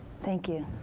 thank you.